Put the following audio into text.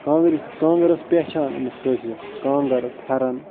کانٛگٔرِ سۭتۍ کانٛگٔر ٲس پہچان أمِس کٲشرس کانگٔر پھٮ۪رن